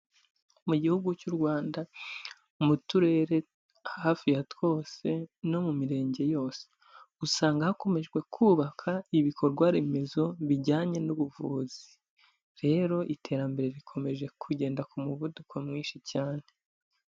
Mu gihugu cy'u Rwanda mu turere hafi ya twose no mu mirenge yose, usanga hakomeje kubakwa ibikorwaremezo bijyanye n'ubuvuzi, rero iterambere rikomeje kugenda ku muvuduko mwinshi cyane.